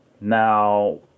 Now